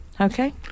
Okay